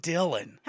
Dylan